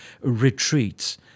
retreats